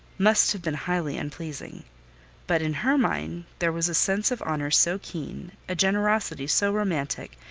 must have been highly unpleasing but in her mind there was a sense of honor so keen, a generosity so romantic,